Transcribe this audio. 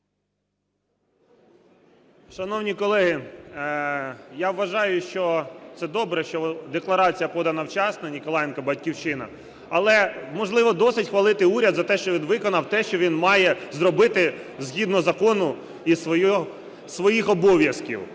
Шановні колеги, я вважаю, що це добре, що декларація подана вчасно. Ніколаєнко, "Батьківщина". Але, можливо, досить хвалити уряд за те, що він виконав те, що він має зробити згідно закону і своїх обов'язків?